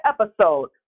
episode